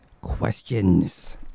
questions